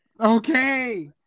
okay